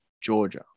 Georgia